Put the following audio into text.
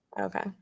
Okay